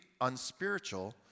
unspiritual